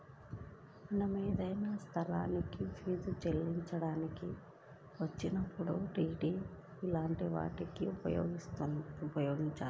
మనం ఏదైనా సంస్థకి ఫీజుని చెల్లించాల్సి వచ్చినప్పుడు డి.డి లాంటి వాటిని ఉపయోగించాలి